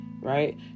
right